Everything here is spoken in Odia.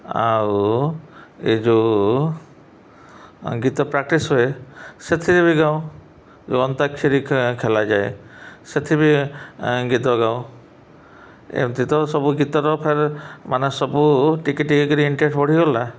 ଆଉ ଏ ଯେଉଁ ଗୀତ ପ୍ରାକ୍ଟିସ୍ ହୁଏ ସେଥିରେ ବି ଗାଉ ଯେଉଁ ଅନ୍ତାକ୍ଷରୀ ଖେଳ ଖେଳାଯାଏ ସେଥିରେ ବି ଗୀତ ଗାଉ ଏମିତି ତ ସବୁ ଗୀତର ଫେର୍ ମାନେ ସବୁ ଟିକିଏ ଟିକିଏ କରି ଇଣ୍ଟ୍ରେଷ୍ଟ୍ ବଢ଼ିଗଲା